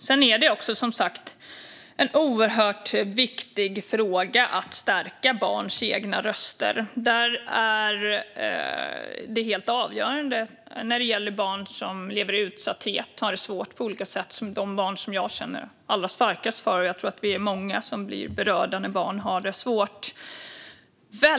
Sedan är det som sagt en oerhört viktig fråga att stärka barns egna röster. Det är helt avgörande när det gäller barn som lever i utsatthet och har det svårt på olika sätt, och det är de barnen jag känner allra starkast för. Jag tror att vi är många som blir berörda när barn har det svårt.